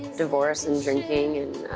divorce and drinking and